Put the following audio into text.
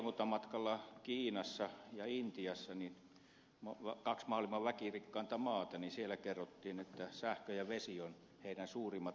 kävimme valiokuntamatkalla kiinassa ja intiassa kaksi maailman väkirikkainta maata ja siellä kerrottiin että sähkö ja vesi ovat heidän suurimmat ongelmansa